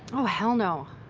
oh, hell no.